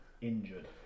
injured